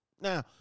Now